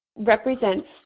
represents